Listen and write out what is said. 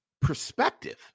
perspective